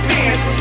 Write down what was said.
Dance